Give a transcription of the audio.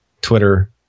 Twitter